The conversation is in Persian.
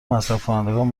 مصرفکنندگان